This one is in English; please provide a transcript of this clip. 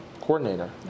coordinator